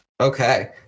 Okay